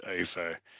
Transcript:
over